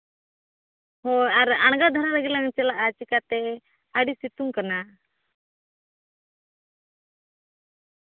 ᱦᱳᱭ ᱟᱨ ᱟᱬᱜᱟᱛ ᱫᱷᱟᱨᱟ ᱨᱮᱜᱮ ᱞᱟᱝ ᱪᱟᱞᱟᱜᱼᱟ ᱪᱮᱠᱟᱛᱮ ᱟᱹᱰᱤ ᱥᱤᱛᱩᱝ ᱠᱟᱱᱟ